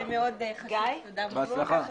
תודה רבה.